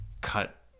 cut